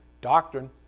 doctrine